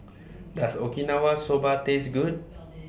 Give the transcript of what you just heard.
Does Okinawa Soba Taste Good